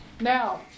Now